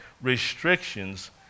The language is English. restrictions